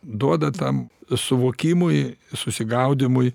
duoda tam suvokimui susigaudymui